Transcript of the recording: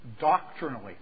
doctrinally